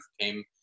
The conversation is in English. came